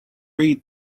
read